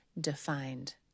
defined